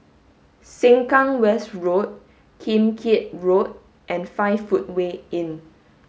Sengkang West Road Kim Keat Road and Five Footway Inn